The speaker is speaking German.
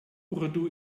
urdu